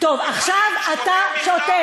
טוב, עכשיו אתה שותק.